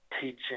teaching